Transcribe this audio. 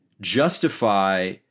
justify